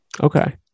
Okay